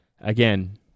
Again